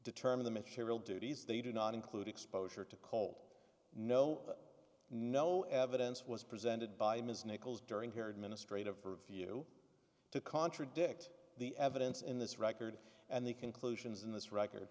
determine the material duties they do not include exposure to cold no no evidence was presented by ms nichols during here administrative review to contradict the evidence in this record and the conclusions in this record